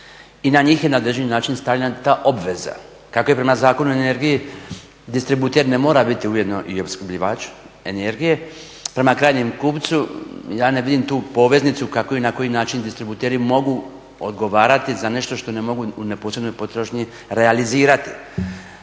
i na njih je na određeni način stavljena ta obveza kako prema Zakonu o energiji distributer ne mora biti ujedno i opskrbljivač energije prema krajnjem kupcu. Ja ne vidim tu poveznicu kako i na koji način distributeri mogu odgovarati za nešto što ne mogu u neposrednoj potrošnji realizirati.